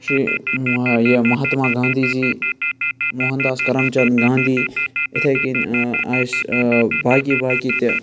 یہِ Mahatma Gandhi ji Mohandas Karamchand Gandhi اِتھے کنۍ ٲ اَسہِ باقٕے باقٕے تہِ